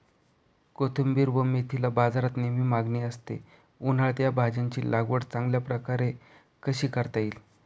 कोथिंबिर व मेथीला बाजारात नेहमी मागणी असते, उन्हाळ्यात या भाज्यांची लागवड चांगल्या प्रकारे कशी करता येईल?